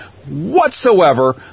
whatsoever